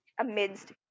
amidst